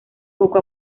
poco